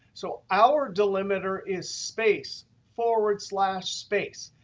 so our delimiter is space, forward slash, space.